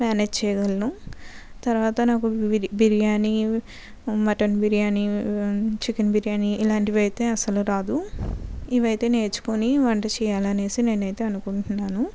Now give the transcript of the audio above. manage చేయగలను తర్వాత నాకు బి బిర్యానీ మటన్ బిర్యానీ చికెన్ బిర్యానీ ఇలాంటివి అయితే అసలు రాదు ఇవైతే నేర్చుకొని వంట చేయాలనేసి నేను అయితే అనుకుంటున్నాను